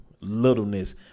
Littleness